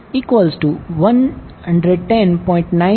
69A V020I2110